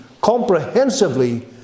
comprehensively